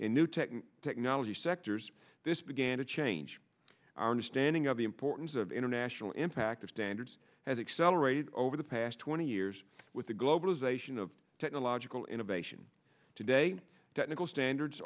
tech technology sectors this began to change our understanding of the importance of international impact of standards has accelerated over the past twenty years with the globalization of technological innovation today that nickel standards